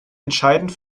entscheidend